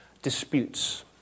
Disputes